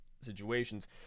situations